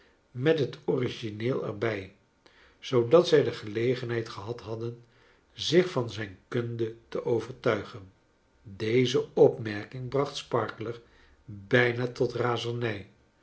met het origineel er bij zoodat zij de gelegenheid gehad hadden zich van zijn kunde te overtuigen deze opmerking bracht sparkler bijna tot razernij